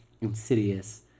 Insidious